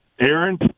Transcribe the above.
Aaron